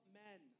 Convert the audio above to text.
men